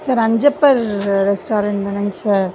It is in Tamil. சார் அஞ்சப்பர் ரெஸ்டாரண்ட் தானேங்க சார்